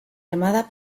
armada